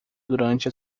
durante